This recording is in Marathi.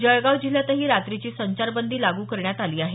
जळगाव जिल्ह्यातही रात्रीची संचारबंदी लागू करण्यात आली आहे